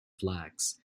vlachs